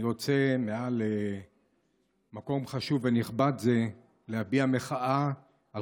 אני רוצה במקום חשוב ונכבד זה להביע מחאה על